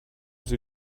sie